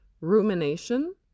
rumination